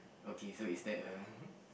okay so is that a